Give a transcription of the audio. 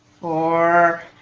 four